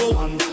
one